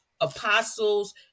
apostles